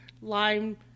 lime